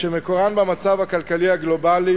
שמקורן במצב הכלכלי הגלובלי,